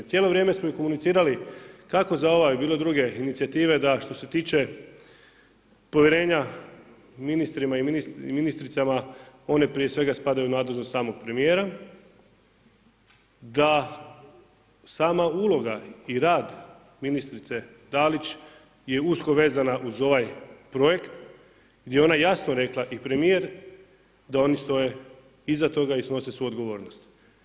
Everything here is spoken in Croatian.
Cijelo vrijeme smo i komunicirali kako za ove i bilo druge inicijative da što se tiče povjerenja ministrima i ministricama one prije svega spadaju u nadležnost samog premijera da sama uloga i rad ministrice Dalić je usko vezana uz ovaj projekt gdje je ona jasno rekla i premijer da oni stoje iza toga i snose svu odgovornost.